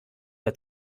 der